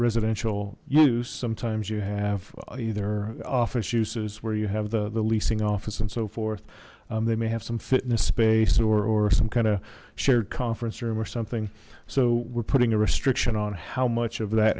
residential use sometimes you have either office uses where you have the the leasing office and so forth they may have some fitness space or some kind of shared conference room or something so we're putting a restriction on how much of that